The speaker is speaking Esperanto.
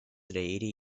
reiri